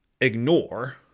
ignore